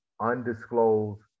undisclosed